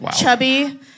chubby